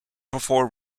before